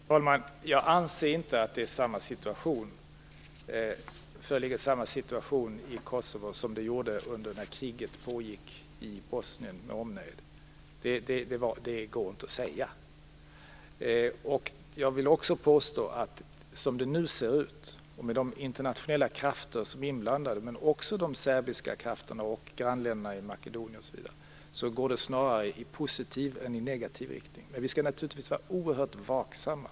Fru talman! Jag anser inte att det föreligger samma situation i Kosovo som det gjorde när kriget pågick i Bosnien med omnejd. Det går inte att säga. Jag vill också påstå att som det nu ser ut, med de internationella krafter som är inblandade men också de serbiska krafterna samt grannländer som Makedonien osv., går det snarare i positiv än i negativ riktning. Men vi skall naturligtvis vara oerhört vaksamma.